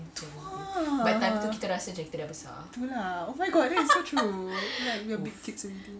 ah tu lah oh my god that is is so true like we were big kids already